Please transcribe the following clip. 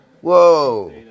Whoa